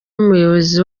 umuyobozi